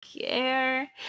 care